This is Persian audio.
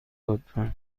لطفا